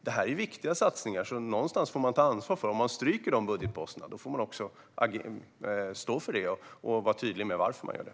Det här är viktiga satsningar. Någonstans får man ta ansvar. Om man stryker dessa budgetposter får man också stå för det och vara tydlig med varför man gör det.